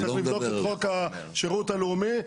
צריך לבדוק את חוק השירות הלאומי.